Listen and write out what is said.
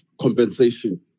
compensation